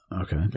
Okay